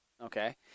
Okay